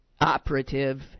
operative